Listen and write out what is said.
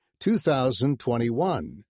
2021